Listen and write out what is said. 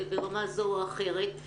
ברמה זו או אחרת.